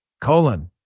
colon